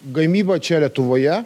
gamyba čia lietuvoje